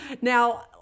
Now